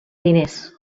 diners